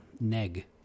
neg